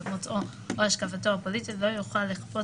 מוצאו או השקפתו הפוליטית לא יוכל לכפות